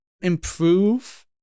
improve